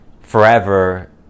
forever